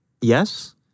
Yes